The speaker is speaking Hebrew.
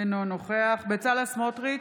אינו נוכח בצלאל סמוטריץ'